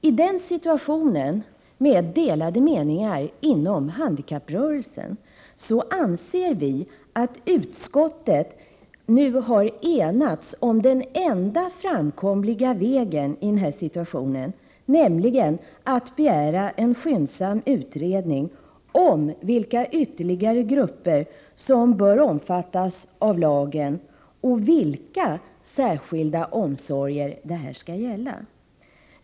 I den situationen, med delade meningar inom handikapprörelsen, anser vi att utskottet nu har enats om den enda framkomliga vägen, nämligen att begära en skyndsam utredning om vilka ytterligare grupper som bör omfattas av lagen och vilka särskilda omsorger det här skall gälla.